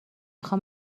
خوام